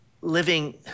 living